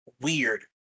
weird